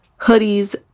hoodies